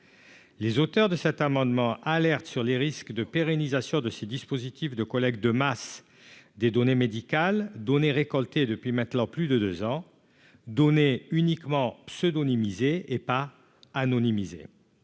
les auteurs de cet amendement alertent sur les risques de pérennisation de tels dispositifs de collecte de masse des données médicales, qui sont récoltées depuis plus de deux ans déjà, sous une forme pseudonymisée et non anonymisée.